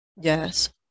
Yes